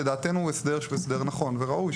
לדעתנו הוא הסדר שהוא הסדר נכון וראוי,